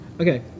Okay